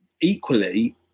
Equally